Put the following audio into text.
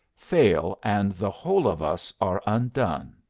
fail, and the whole of us are undone.